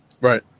Right